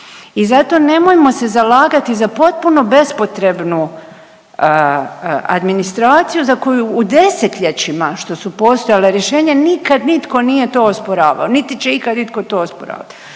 I zato nemojmo se zalagati za potpuno bespotrebnu administraciju za koju u 10-ljećima što su postojala rješenja, nikad nitko nije to osporavao, niti će ikad itko to osporavati,